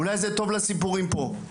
אולי זה טוב לסיפורים פה.